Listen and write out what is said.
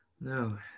no